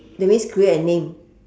that means create a name